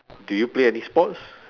do you play any sports